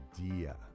idea